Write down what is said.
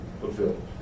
fulfilled